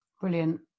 Brilliant